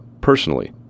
personally